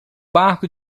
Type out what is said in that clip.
barco